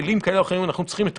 שכלים כאלה או אחרים אנחנו צריכים את